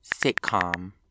sitcom